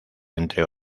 entre